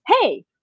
hey